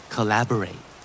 Collaborate